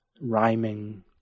rhyming